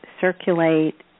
circulate